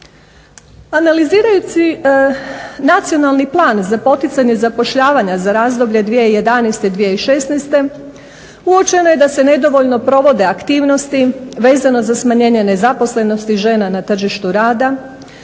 Analizirajući nacionalni plan za poticanje zapošljavanja za razdoblje 2011. – 2016. uočeno je da se nedovoljno provode aktivnosti vezano za smanjenje nezaposlenosti žena na tržištu rada.